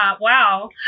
Wow